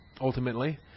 ultimately